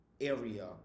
area